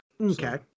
Okay